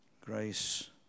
grace